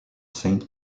saint